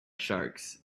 sharks